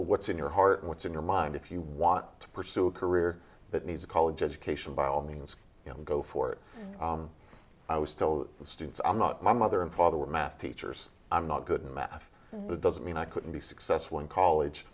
what's in your heart what's in your mind if you want to pursue a career that needs a college education by all means go for it i was still students i'm not my mother and father were math teachers i'm not good at math but it doesn't mean i couldn't be successful in college